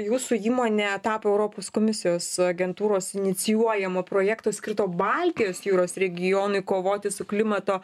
jūsų įmonė tapo europos komisijos agentūros inicijuojamo projekto skirto baltijos jūros regionui kovoti su klimato